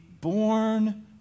born